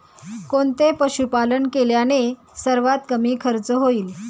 कोणते पशुपालन केल्याने सर्वात कमी खर्च होईल?